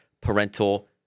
parental